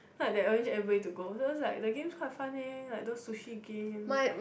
then like they arrange everybody to go so is like the games quite fun leh like those sushi games